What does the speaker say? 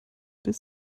des